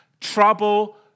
trouble